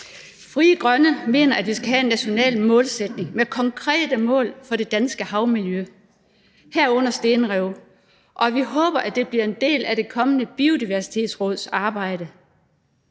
Frie Grønne mener, at vi skal have en national målsætning med konkrete mål for det danske havmiljø, herunder stenrev, og vi håber, at det bliver en del af det kommende biodiversitetsråds arbejde.